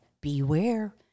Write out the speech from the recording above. beware